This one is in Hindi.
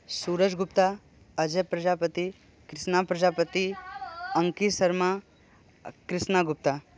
सूरज गुप्ता अजय प्रजापति कृष्णा प्रजापति अंकित शर्मा कृष्णा गुप्ता